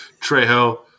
Trejo